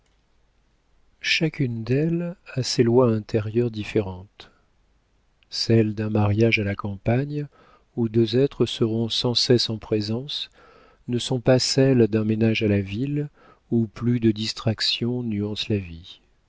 chacune d'elles a ses lois intérieures différentes celles d'un mariage à la campagne où deux êtres seront sans cesse en présence ne sont pas celles d'un ménage à la ville où plus de distractions nuancent la vie